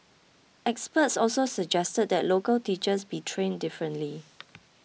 experts also suggested that local teachers be trained differently